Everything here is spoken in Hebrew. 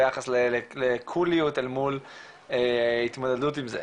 ביחד ל'קוליות' אל מול ההתמודדות עם זה.